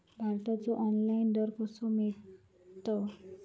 भाताचो ऑनलाइन दर कसो मिळात?